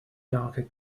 darker